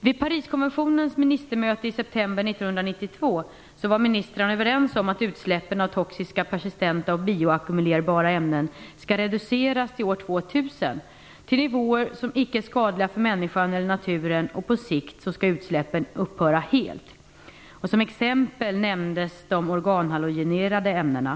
1992 var ministrarna överens om att utsläppen av toxiska persistenta och bioackumulerbara ämnen skall reduceras till år 2000 till nivåer som icke är skadliga för människan eller naturen, och på sikt skall utsläppen upphöra helt. Som exempel nämndes de organohalogenerade ämnena.